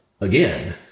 again